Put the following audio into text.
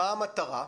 מה המטרה?